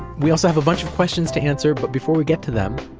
we also have a bunch of questions to answer, but before we get to them,